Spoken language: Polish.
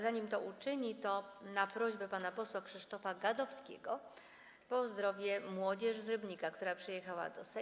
Zanim to uczyni, na prośbę pana posła Krzysztofa Gadowskiego pozdrowię młodzież z Rybnika, która przyjechała do Sejmu.